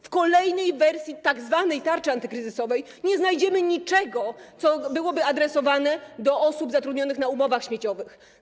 W kolejnej wersji tzw. tarczy antykryzysowej nie znajdziemy niczego, co byłoby adresowane do osób zatrudnionych na umowach śmieciowych.